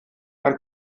ein